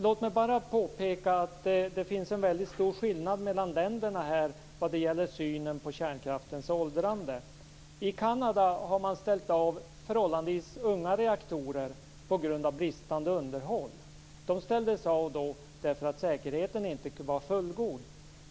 Låt mig bara påpeka att det finns en mycket stor skillnad mellan länderna vad gäller synen på kärnkraftens åldrande. I Kanada har man ställt av förhållandevis unga reaktorer på grund av bristande underhåll. De ställdes av därför att säkerheten inte var fullgod.